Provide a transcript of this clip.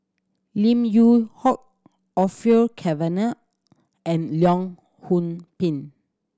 Lim Yew Hock Orfeur Cavenagh and Leong Yoon Pin